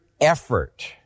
effort